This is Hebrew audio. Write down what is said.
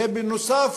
זה נוסף